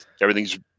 everything's